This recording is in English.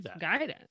guidance